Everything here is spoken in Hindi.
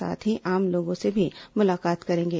साथ ही आम लोगों से भी मुलाकात करेंगे